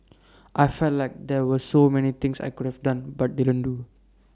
I felt like there were so many things I could have done but didn't do